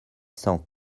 cent